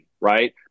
right